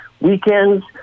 Weekends –